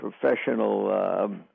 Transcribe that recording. professional